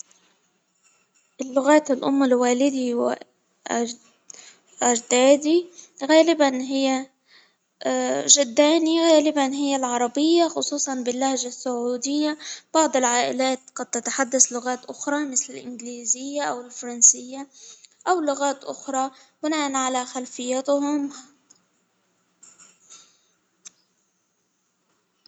اللغات الأم لوالدي أج-أجدادي غالبا هي جداني غالبا هي العربية خصوصا باللهجة السعودية ، بعض العائلات قد تتحدث لغات أخرى مثل الانجليزية أو الفرنسية أو لغات أخرى بناءا على خلفيتهم.